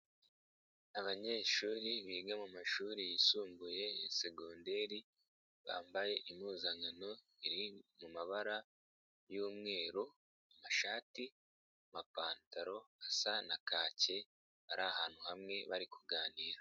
Abanyeshuri biga mu mashuri yisumbuye ya segonderi bambaye impuzankano iri mu mabara y'umweru, amashati, amapantaro asa na kake bari ahantu hamwe bari kuganira.